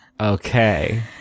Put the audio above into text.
Okay